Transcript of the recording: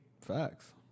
Facts